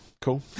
cool